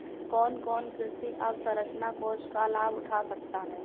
कौन कौन कृषि अवसरंचना कोष का लाभ उठा सकता है?